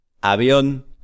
Avión